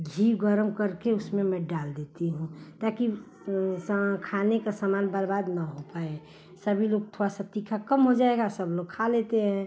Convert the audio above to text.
घी गर्म करके उसमें मैं डाल देती हूँ ताकि खाने का समान बर्बाद न हो पाए सभी लोग थोड़ा सा तीखा कम हो जाएगा सब लोग खा लेते हैं